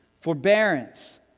forbearance